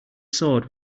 sword